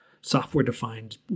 software-defined